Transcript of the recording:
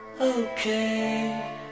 okay